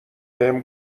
بهم